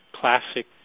Classic